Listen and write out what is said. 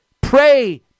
pray